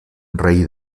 rei